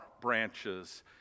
branches